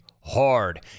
hard